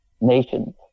nations